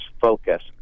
focus